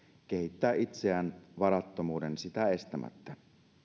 kehittää itseään varattomuuden sitä estämättä